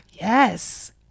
yes